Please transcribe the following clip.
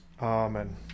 amen